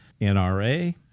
NRA